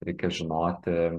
reikia žinoti